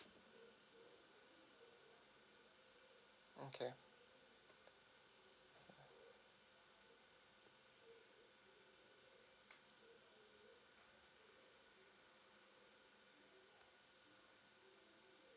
okay